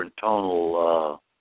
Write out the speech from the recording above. tonal